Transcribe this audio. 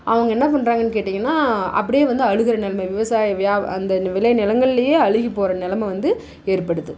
அவங்க என்ன பண்ணுறாங்கனு கேட்டிங்கனால் அப்படியே வந்து அழுகிற நிலைம விவசாய வியா அந்த விளை நிலங்களிலயே அழுகி போகிற நிலைம வந்து ஏற்படுது